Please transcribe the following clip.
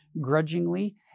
grudgingly